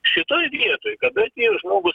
šitoj vietoj kada atėjo žmogus